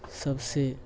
सबसँ